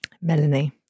Melanie